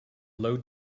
low